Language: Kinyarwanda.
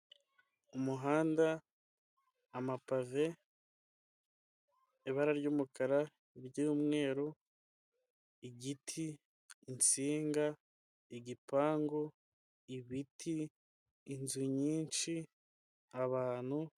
Umuhanda, amapave, ibara ry'umukara, iry'umweru, igiti, insinga, igipangu, ibiti, inzu nyinshi, abantu.